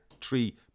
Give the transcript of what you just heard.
three